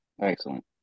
Excellent